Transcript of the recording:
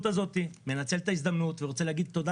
אני מנצל את ההזדמנות ורוצה להגיד תודה